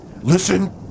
Listen